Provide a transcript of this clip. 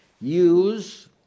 use